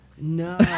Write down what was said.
No